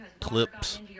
clips